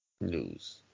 News